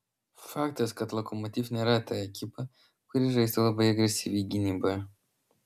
faktas kad lokomotiv nėra ta ekipa kuri žaistų labai agresyviai gynyboje